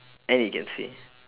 and it can see